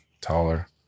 taller